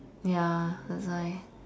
ya that's why